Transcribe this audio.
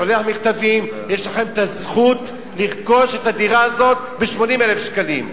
שולח מכתבים: יש לכם הזכות לרכוש את הדירה הזאת ב-80,000 שקלים.